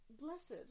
Blessed